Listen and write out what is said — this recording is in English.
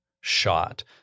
shot